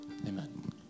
Amen